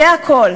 זה הכול.